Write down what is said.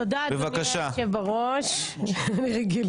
תודה, אדוני היושב-ראש, אני חושבת